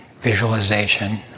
visualization